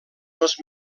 els